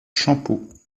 champeaux